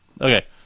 okay